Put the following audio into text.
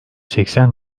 seksen